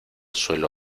suelo